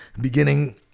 beginning